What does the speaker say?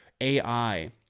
AI